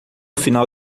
final